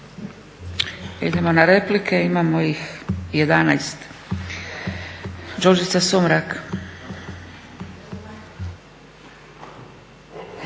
Idemo na replike, imamo ih 11. Đurđica Sumrak.